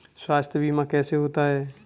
स्वास्थ्य बीमा कैसे होता है?